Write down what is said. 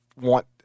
want